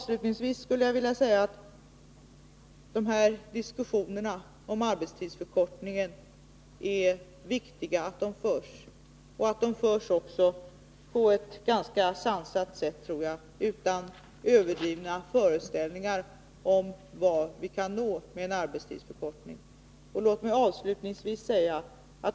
Sedan skulle jag vilja framhålla att det är viktigt att diskussioner om en arbetstidsförkortning förs och att dessa diskussioner är sansade, utan överdrivna föreställningar om vad vi kan uppnå med en arbetstidsförkortning.